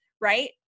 right